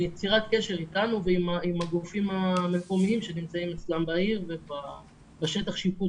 יצירת קשר אתנו ועם הגופים המקומיים שנמצאים אצלה בעיר ובשטח השיפוט